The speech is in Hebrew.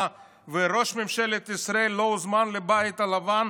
וראש ממשלת ישראל לא הוזמן לבית הלבן,